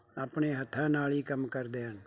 ਆਪਣੇ ਹੱਥਾਂ ਨਾਲ ਹੀ ਕੰਮ ਕਰਦੇ ਹਨ